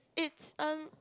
it's um